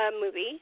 movie